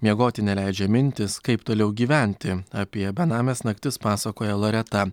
miegoti neleidžia mintys kaip toliau gyventi apie benamės naktis pasakoja loreta